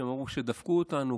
שהם אמרו: דפקו אותנו,